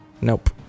Nope